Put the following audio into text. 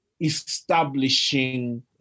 establishing